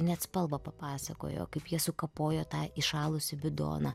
net spalvą papasakojo kaip jie sukapojo tą įšalusį bidoną